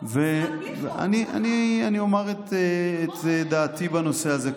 בלי חוק --- אני אומר את דעתי בנושא הזה.